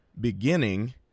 beginning